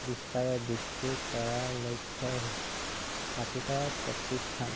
বিস্তাৰে বৃদ্ধি কৰাৰ লক্ষ্য স্থাপিত প্ৰতিষ্ঠান